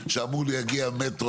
שאמרו לי יגיע המטרו,